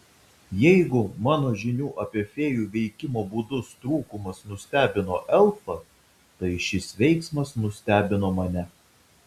jeigu mano žinių apie fėjų veikimo būdus trūkumas nustebino elfą tai šis veiksmas nustebino mane